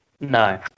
No